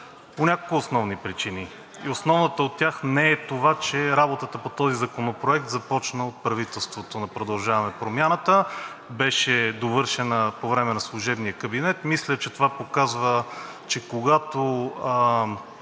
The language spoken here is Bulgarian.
по няколко основни причини. И основната от тях не е това, че работата по този законопроект започна от правителството на „Продължаваме Промяната“, беше довършена по време на служебния кабинет. Мисля, че това показва, че когато